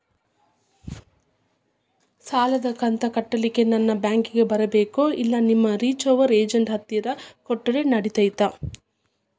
ಸಾಲದು ಕಂತ ಕಟ್ಟಲಿಕ್ಕೆ ನಾನ ಬ್ಯಾಂಕಿಗೆ ಬರಬೇಕೋ, ಇಲ್ಲ ನಿಮ್ಮ ರಿಕವರಿ ಏಜೆಂಟ್ ಹತ್ತಿರ ಕೊಟ್ಟರು ನಡಿತೆತೋ?